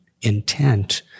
intent